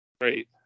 Great